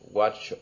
watch